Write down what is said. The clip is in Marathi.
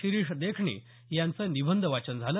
शिरीष देखणे यांचं निबंध वाचन झालं